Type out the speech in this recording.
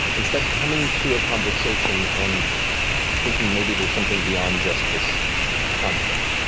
instead, coming to a conversation and thinking maybe there's something beyond just this conflict.